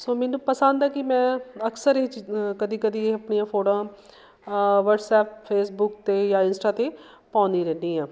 ਸੋ ਮੈਨੂੰ ਪਸੰਦ ਹੈ ਕਿ ਮੈਂ ਅਕਸਰ ਇਹ ਚੀਜ਼ ਕਦੀ ਕਦੀ ਇਹ ਆਪਣੀਆਂ ਫੋਟੋਆਂ ਵੱਟਸਅੱਪ ਫੇਸਬੁੱਕ 'ਤੇ ਜਾਂ ਇੰਸਟਾ 'ਤੇ ਪਾਉਂਦੀ ਰਹਿੰਦੀ ਹਾਂ